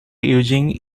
using